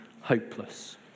hopeless